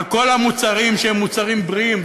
על כל המוצרים שהם מוצרים בריאים,